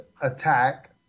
attack